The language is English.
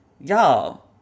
Y'all